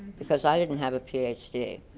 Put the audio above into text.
because i didn't have a ph d.